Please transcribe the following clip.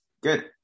good